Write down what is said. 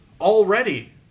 already